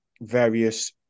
various